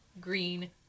green